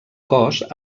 cos